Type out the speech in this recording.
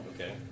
Okay